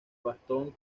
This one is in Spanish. boston